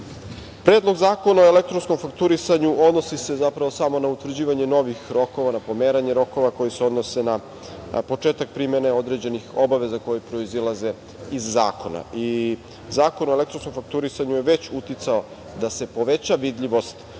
mesta. Predlog Zakona o elektronskom fakturisanju odnosi se zapravo samo na utvrđivanje novih rokova, na pomeranje rokova koje se odnose na početak primene određenih obaveza koje proizilaze iz zakona. Zakon o elektronskom fakturisanju je već uticao da se poveća vidljivost